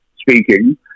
Speaking